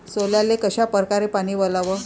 सोल्याले कशा परकारे पानी वलाव?